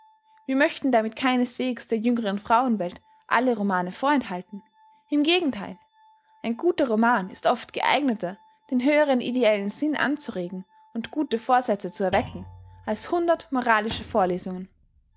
wir möchten damit keineswegs der jüngeren frauenwelt alle romane vorenthalten im gegentheil ein guter roman ist oft geeigneter den höheren ideellen sinn anzuregen und gute vorsätze zu erwecken als hundert moralische vorlesungen